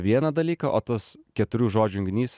vieną dalyką o tas keturių žodžių junginys